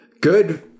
good